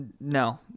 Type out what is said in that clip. no